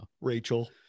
Rachel